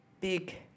big